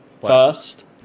First